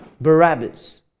Barabbas